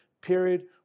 period